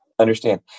understand